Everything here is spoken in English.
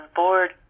board